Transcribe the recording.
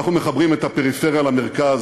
אנחנו מחברים את הפריפריה למרכז,